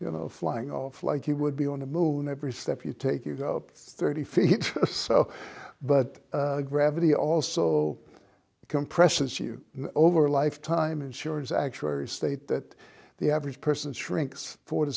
you know flying off like you would be on the moon every step you take you go up thirty feet or so but gravity also compresses you over a lifetime insurance actuary state that the average person shrinks four to